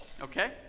Okay